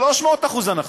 300% הנחה.